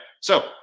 so-